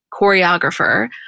choreographer